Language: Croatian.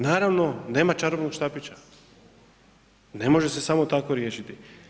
Naravno, nema čarobnog štapića, ne može se samo tako riješiti.